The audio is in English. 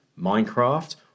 Minecraft